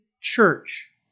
church